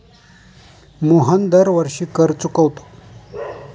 मोहन दरवर्षी कर चुकवतो